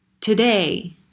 Today